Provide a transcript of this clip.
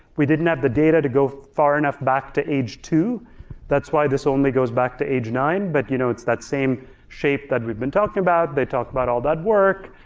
we didn't have the data to go far enough back to age two that's why this only goes back to age nine, but you know it's that same shape that we've been talking about. they talk about all that work.